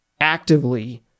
actively